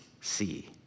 see